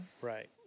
Right